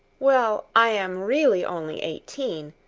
well, i am really only eighteen,